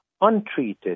Untreated